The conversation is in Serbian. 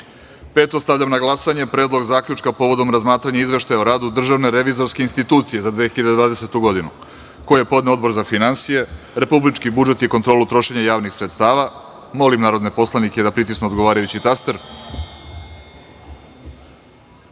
reda. Stavljam na glasanje Predlog zaključka povodom razmatranja Izveštaja o radu Državne revizorske institucije za 2020. godinu, koji je podneo Odbor za finansije, republički budžet i kontrolu trošenja javnih sredstava. Molim narodne poslanike da glasaju. Zaključujem